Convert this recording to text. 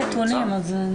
רצף.